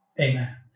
Amen